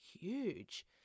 huge